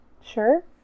Sure